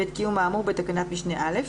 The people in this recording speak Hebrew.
ואת קיום האמור בתקנת משנה (א),